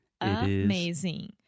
amazing